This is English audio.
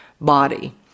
body